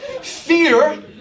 fear